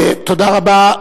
תודה רבה.